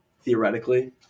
theoretically